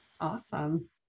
Awesome